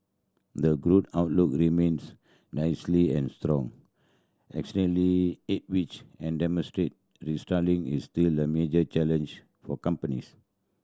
the growth outlook remains amid strong externally head which and domestic restructuring is still a major challenge for companies